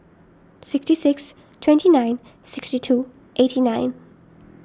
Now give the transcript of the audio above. sixty six twenty nine sixty two eighty nine